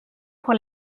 pour